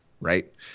right